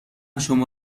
شما